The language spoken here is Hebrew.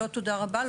לא תודה רבה.